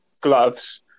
gloves